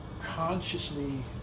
consciously